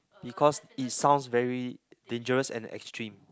because it sounds very dangerous and extreme